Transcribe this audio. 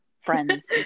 friends